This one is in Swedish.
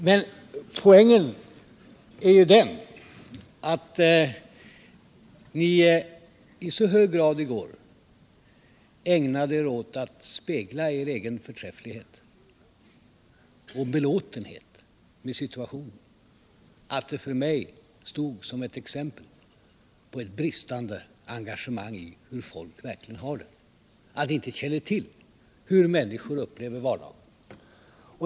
Men poängen är ju den att ni i så hög grad det går ägnar er åt att spegla er egen förträfflighet och belåtenhet med situationen, att det för mig stod som ett exempel på ett bristande engagemang i hur folk verkligen har det — att ni inte känner till hur människorna upplever vardagen.